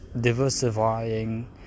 diversifying